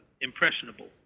Impressionable